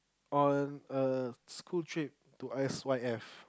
on a school trip to S_Y_F